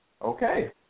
Okay